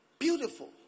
beautiful